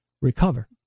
recover